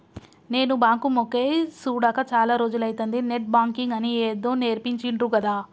నేను బాంకు మొకేయ్ సూడక చాల రోజులైతంది, నెట్ బాంకింగ్ అని ఏదో నేర్పించిండ్రు గదా